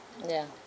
ya